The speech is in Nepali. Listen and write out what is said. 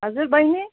हजुर बहिनी